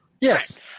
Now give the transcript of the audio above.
Yes